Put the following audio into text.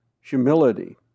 humility